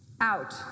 out